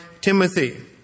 Timothy